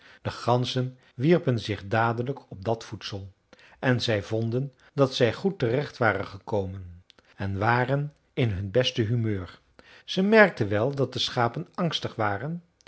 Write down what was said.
de ganzen wierpen zich dadelijk op dat voedsel en zij vonden dat zij goed terecht waren gekomen en waren in hun beste humeur zij merkten wel dat de schapen angstig waren